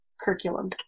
curriculum